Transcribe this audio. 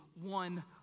one